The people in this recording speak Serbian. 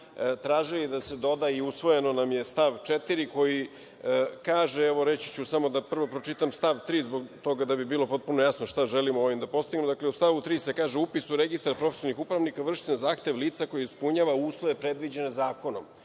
tražili da se doda, i usvojeno nam je, stav 4.Prvo da pročitam stav 3. zbog toga da bi bilo potpuno jasno šta želimo ovim da postignemo. Dakle, u stavu 3. se kaže: „Upis u registar profesionalnih upravnika vrši se na zahtev lica koje ispunjava uslove predviđene zakonom“.